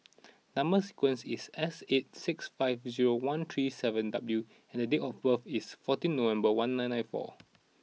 number sequence is S eight six five zero one three seven W and date of birth is fourteen November one nine nine four